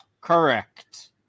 Correct